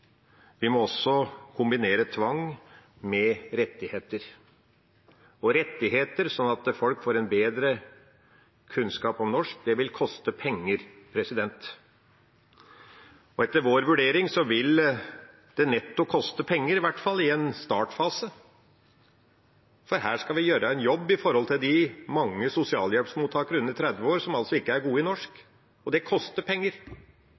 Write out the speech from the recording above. Vi må kombinere tvang med rettigheter – og rettigheter slik at folk får bedre kunnskap om norsk, vil koste penger. Etter vår vurdering vil det netto koste penger i hvert fall i en startfase, for her skal vi gjøre en jobb for de mange sosialhjelpsmottakerne under 30 år som ikke er gode i norsk, og det koster penger.